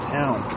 town